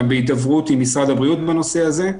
בהידברות עם משרד הבריאות בנושא הזה,